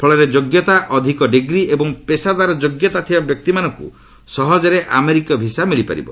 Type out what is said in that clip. ଫଳରେ ଯୋଗ୍ୟତା ଅଧିକ ଡିଗ୍ରୀ ଏବଂ ପେସାଦାର ଯୋଗ୍ୟତା ଥିବା ବ୍ୟକ୍ତିମାନଙ୍କୁ ସହଜରେ ଆମେରିକୀୟ ଭିସା ମିଳିପାରିବ